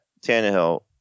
Tannehill